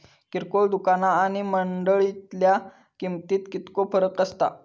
किरकोळ दुकाना आणि मंडळीतल्या किमतीत कितको फरक असता?